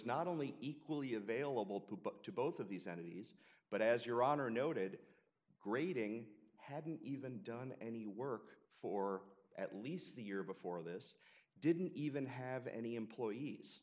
not only equally available to but to both of these entities but as your honor noted grading hadn't even done any work for at least the year before this didn't even have any employees